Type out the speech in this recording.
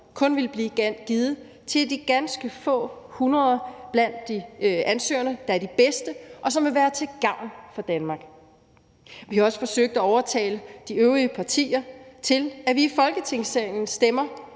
kun ville blive givet til de ganske få hundrede blandt de ansøgere, der er de bedste, og som vil være til gavn for Danmark. Vi har også forsøgt at overtale de øvrige partier til, at vi i Folketingssalen stemmer